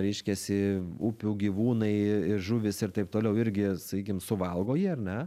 reiškiasi upių gyvūnai žuvys ir taip toliau irgi sakykim suvalgo į ar ne